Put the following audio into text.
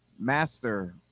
master